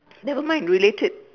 nevermind related